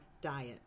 diet